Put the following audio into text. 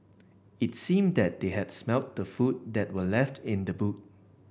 it seemed that they had smelt the food that were left in the boot